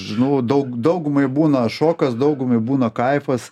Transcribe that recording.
žinau daug daugumai būna šokas daugumai būna kaifas